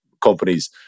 companies